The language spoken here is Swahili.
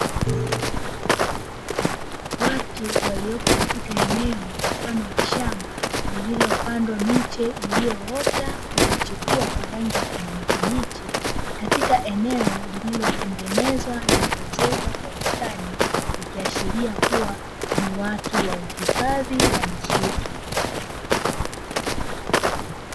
Watu waliopo katika eneo mfano wa shamba, lililopandwa miche iliyoota na kuchipua kwa rangi ya kijani kibichi, katika eneo lililotengenezwa na kuezekwa kwa ustadi, ikiashiria kuwa ni watu wa uhifadhi wa misitu.